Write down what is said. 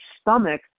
stomach